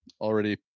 already